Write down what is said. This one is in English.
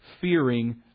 fearing